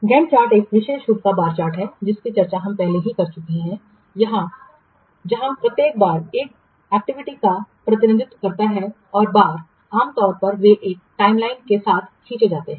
Gantt chart एक विशेष प्रकार का बार चार्ट है जिसकी चर्चा हम पहले ही कर चुके हैं जहाँ प्रत्येक बार एक गतिविधि का प्रतिनिधित्व करता है और बार आम तौर पर वे एक टाइमलाइन के साथ खींचे जाते हैं